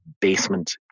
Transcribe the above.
basement